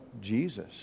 Jesus